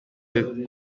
w’ubukwe